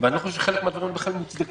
ואני חושב שחלק מהדברים בכלל מוצדקים.